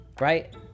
right